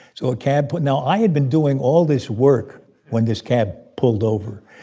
so a cab but now i had been doing all this work when this cab pulled over.